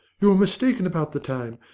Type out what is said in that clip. you are mistaken about the time.